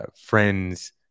friends